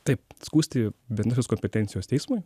taip skųsti bendros kompetencijos teismui